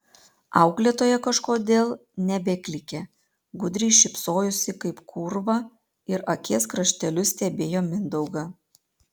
auklėtoja kažkodėl nebeklykė gudriai šypsojosi kaip kūrva ir akies krašteliu stebėjo mindaugą